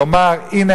לומר: הנה,